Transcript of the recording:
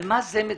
על מה זה מדבר?